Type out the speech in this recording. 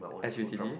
S_U_t_d